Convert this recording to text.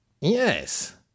Yes